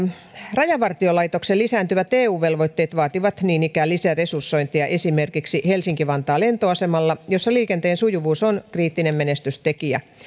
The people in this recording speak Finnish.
rajavartiolaitoksen lisääntyvät eu velvoitteet vaativat niin ikään lisäresursointia esimerkiksi helsinki vantaan lentoasemalla missä liikenteen sujuvuus on kriittinen menestystekijä